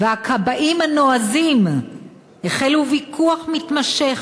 והכבאים הנועזים החלו ויכוח מתמשך,